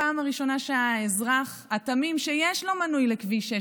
הפעם הראשונה שהאזרח התמים שיש לו מנוי לכביש 6